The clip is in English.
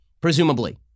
presumably